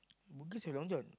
bugis have Long John